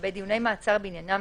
לגבי דיוני מעצר בעניינם